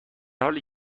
حالی